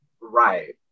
Right